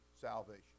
salvation